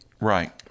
Right